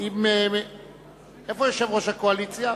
איפה יושב-ראש הקואליציה?